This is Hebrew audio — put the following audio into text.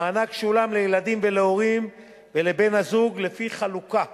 המענק שולם לילדים, להורים ולבן-הזוג לפי חלוקה